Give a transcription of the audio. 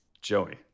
Joey